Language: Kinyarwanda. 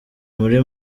muri